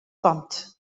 bont